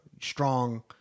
strong